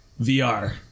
VR